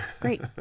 great